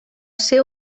ser